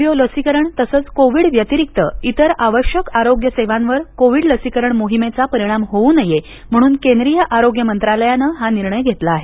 polio लसीकरण तसंच Covid व्यतिरिक्त इतर आवश्यक आरोग्य सेवांवर कोविड लसीकरण मोहिमेचा परिणाम होऊ नये म्हणून केंद्रीय आरोग्य मंत्रालयानं हा निर्णय घेतला आहे